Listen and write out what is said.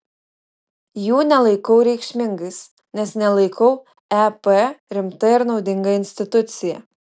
jų nelaikau reikšmingais nes nelaikau ep rimta ir naudinga institucija